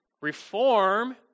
Reform